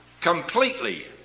completely